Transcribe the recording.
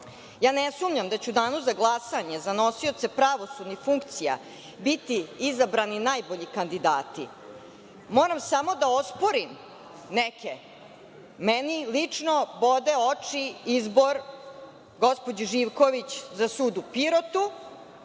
sumnjam da će u danu za glasanje za nosioce pravosudnih funkcija biti izabrani najbolji kandidati. Moram samo da osporim neke. Meni lično bode oči izbor gospođe Živković za sud u Pirotu